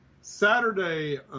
Saturday